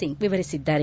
ಸಿಂಗ್ ವಿವರಿಸಿದ್ದಾರೆ